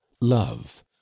love